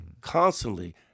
Constantly